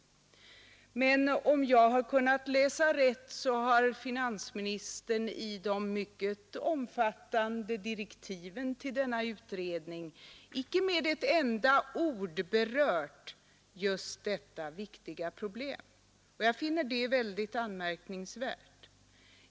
Men finansministern har i de mycket omfattande direktiven till denna utredning inte med ett enda ord berört just detta viktiga problem. Jag finner det väldigt anmärkningsvärt.